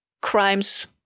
crimes